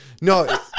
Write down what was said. no